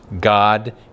God